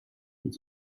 und